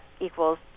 equals